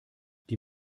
die